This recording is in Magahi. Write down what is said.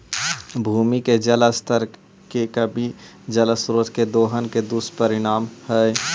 भूमि के जल स्तर के कमी जल स्रोत के दोहन के दुष्परिणाम हई